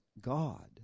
God